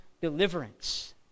deliverance